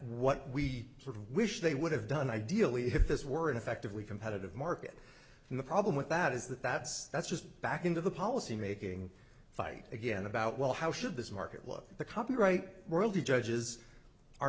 what we sort of wish they would have done ideally if this weren't effectively competitive market and the problem with that is that that's that's just back into the policymaking fight again about well how should this market look the copyright world the judges are